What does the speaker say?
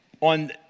on